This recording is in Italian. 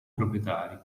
proprietari